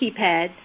keypad